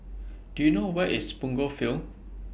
Do YOU know Where IS Punggol Field